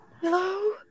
Hello